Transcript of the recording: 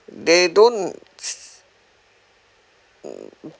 they don't